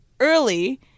Early